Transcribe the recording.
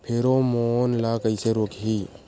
Pheromone ला कइसे रोकही?